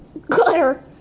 Glitter